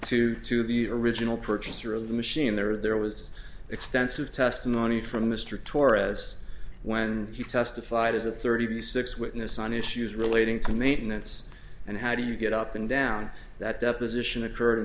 to to the original purchaser of the machine there are there was extensive testimony from mr torres when he testified as a thirty six witness on issues relating to maintenance and how do you get up and down that deposition occurred in